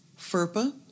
FERPA